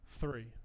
three